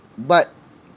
but